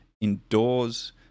indoors